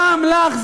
גם לך,